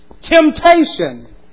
temptation